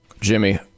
Jimmy